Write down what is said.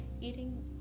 eating